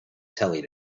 telly